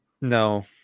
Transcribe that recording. No